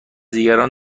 دیگران